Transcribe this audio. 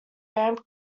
ramp